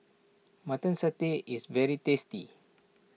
Mutton Satay is very tasty